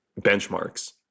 benchmarks